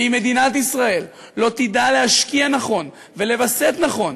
ואם מדינת ישראל לא תדע להשקיע נכון ולווסת נכון